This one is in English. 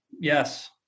Yes